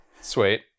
sweet